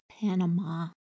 panama